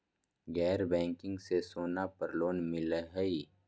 गैर बैंकिंग में सोना पर लोन मिलहई?